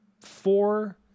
four